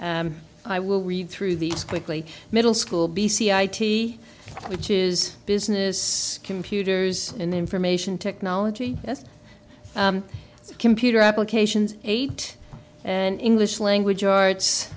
i will read through these quickly middle school b c i t which is business computers in information technology yes computer applications eight an english language arts